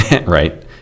right